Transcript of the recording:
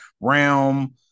realm